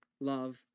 love